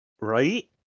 Right